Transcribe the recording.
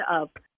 up